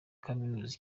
kaminuza